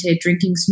drinking